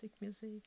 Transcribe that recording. music